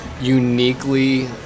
uniquely